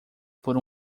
por